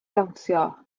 dawnsio